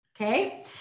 Okay